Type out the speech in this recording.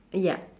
ya